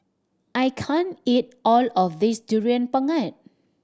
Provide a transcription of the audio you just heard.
I can't eat all of this Durian Pengat